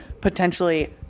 potentially